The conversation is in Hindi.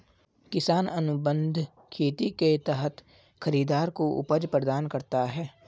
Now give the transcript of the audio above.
किसान अनुबंध खेती के तहत खरीदार को उपज प्रदान करता है